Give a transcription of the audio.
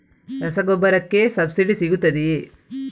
ರಸಗೊಬ್ಬರಕ್ಕೆ ಸಬ್ಸಿಡಿ ಸಿಗುತ್ತದೆಯೇ?